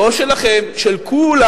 לא רק שלכם, של כולנו,